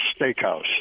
Steakhouse